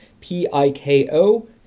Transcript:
P-I-K-O